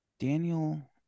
Daniel